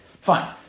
Fine